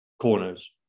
corners